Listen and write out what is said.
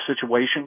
situation